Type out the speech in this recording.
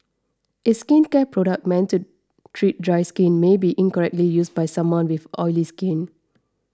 a skincare product meant to treat dry skin may be incorrectly used by someone with oily skin